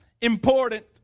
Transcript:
important